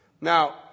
Now